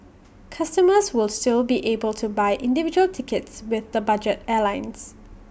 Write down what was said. customers will still be able to buy individual tickets with the budget airlines